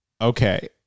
Okay